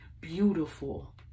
beautiful